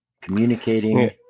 communicating